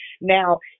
Now